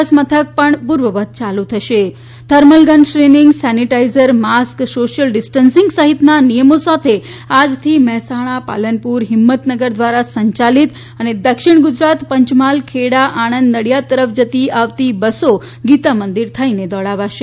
બસ મથક પૂર્વવત ચાલુ થશે thermal gun screening sanitizer mask social distancing સહિતના નિયમો સાથે આજથી મહેસાણાપાલનપુરહિમંતનગર દ્વારા સંચાલિત અને દક્ષિણ ગુજરાત પંચમહાલખેડા આણંદનડિયાદ તરફ જતી આવતી બસો ગીતામંદિર થઇને દોડાવાશે